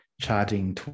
charging